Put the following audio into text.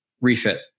refit